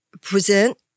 present